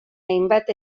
hainbat